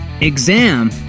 Exam